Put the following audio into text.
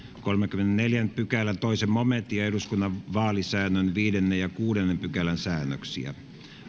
kolmannenkymmenennenneljännen pykälän toisen momentin ja eduskunnan vaalisäännön viidennen ja kuudennen pykälän säännöksiä